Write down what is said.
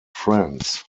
friends